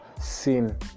sin